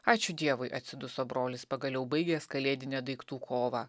ačiū dievui atsiduso brolis pagaliau baigęs kalėdinę daiktų kovą